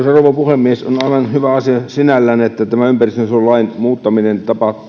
rouva puhemies on aivan hyvä asia sinällään että tämä ympäristönsuojelulain muuttaminen